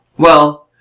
well,